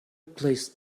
placed